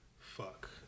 Fuck